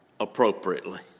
Appropriately